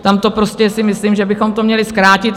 Tam to prostě si myslím, že bychom to měli zkrátit.